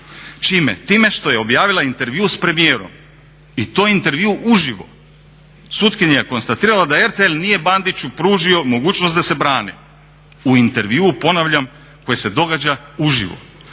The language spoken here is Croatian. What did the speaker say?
Čime? Time što je objavila intervju s premijerom i to intervju uživo. Sutkinja je konstatirala da RTL nije Bandiću pružio mogućnost da se brani. U intervjuu ponavljam koji se događa uživo.